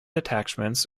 attachments